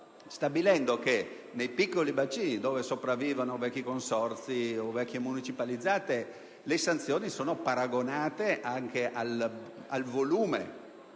stabilendo che nei piccoli bacini, dove sopravvivono vecchi consorzi e vecchie aziende municipalizzate, le sanzioni fossero paragonate anche al volume